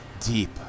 deep